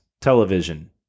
television